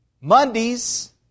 Mondays